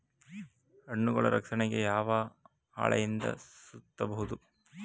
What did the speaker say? ಹಣ್ಣುಗಳ ರಕ್ಷಣೆಗೆ ಯಾವ ಹಾಳೆಯಿಂದ ಸುತ್ತಬಹುದು?